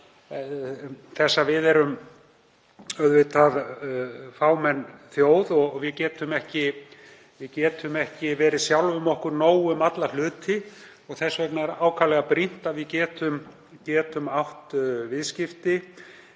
þess að við erum fámenn þjóð og getum ekki verið sjálfum okkur nóg um alla hluti. Þess vegna er ákaflega brýnt að við getum átt viðskipti